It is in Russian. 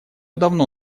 давно